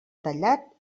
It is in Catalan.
tallat